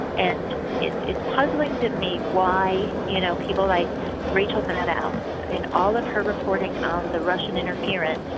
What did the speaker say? and it's it's puzzling to me why you know people like rachel maddow in all of her reporting on the russian interference,